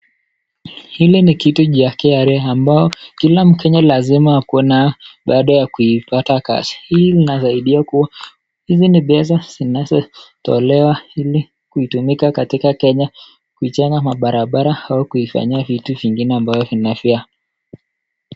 Hili ni kitu cha KRA ambao kila mkenya lazima akuwe nayo baada ya kuipata kazi. Hii inasasidia kuwa, hizi ni pesa ambazo zinazotolewa ili kuitumika katika Kenya kujenga mabarabara au kuifanyia vitu vingine ambavyo vinafaa.